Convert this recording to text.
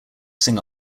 sing